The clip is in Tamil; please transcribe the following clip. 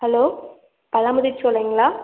ஹலோ பழமுதிர்சோலைங்களா